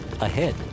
ahead